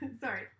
sorry